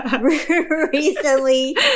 recently